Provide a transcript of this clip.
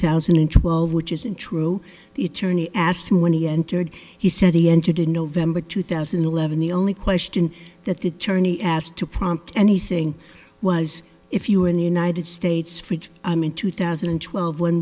thousand and twelve which isn't true the attorney asked him when he entered he said he entered in november two thousand and eleven the only question that the czerny asked to prompt anything was if you were in the united states fridge in two thousand and twelve when